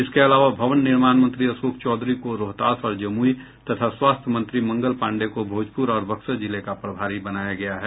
इसके अलावा भवन निर्माण मंत्री अशोक चौधरी को रोहतास और जमुई तथा स्वास्थ्य मंत्री मंगल पांडेय को भोजपुर और बक्सर जिले का प्रभारी बनाया गया है